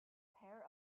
pair